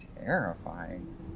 terrifying